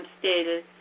stated